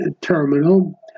terminal